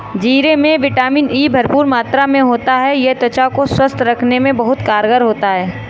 जीरे में vitamin E भरपूर मात्रा में होता है यह त्वचा को स्वस्थ रखने में बहुत कारगर होता है